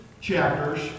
chapters